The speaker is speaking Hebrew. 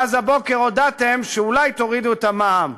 ואז, הבוקר הודעתם שאולי תורידו את המע"מ.